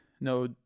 no